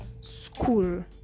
school